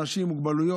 אנשים עם מוגבלויות,